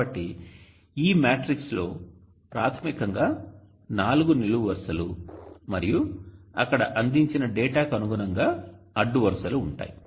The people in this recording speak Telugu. కాబట్టి ఈ మ్యాట్రిక్స్ లో ప్రాథమికంగా నాలుగు నిలువు వరుసలు మరియు అక్కడ అందించిన డేటా కు అనుగుణంగా అడ్డు వరుసలు ఉంటాయి